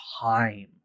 time